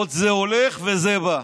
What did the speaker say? עוד זה הולך וזה בא.